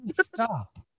stop